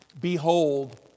Behold